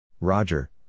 Roger